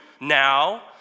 now